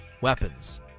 weapons